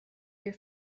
your